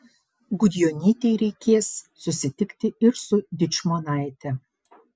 gudjonytei reikės susitikti ir su dičmonaite